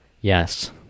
Yes